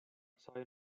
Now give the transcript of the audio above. sain